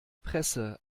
presse